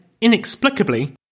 inexplicably